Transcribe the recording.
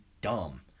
dumb